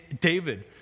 David